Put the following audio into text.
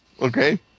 Okay